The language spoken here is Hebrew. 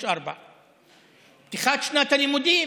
16:00. פתיחת שנת הלימודים,